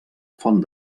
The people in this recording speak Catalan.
font